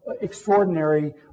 extraordinary